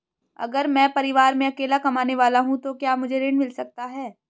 अगर मैं परिवार में अकेला कमाने वाला हूँ तो क्या मुझे ऋण मिल सकता है?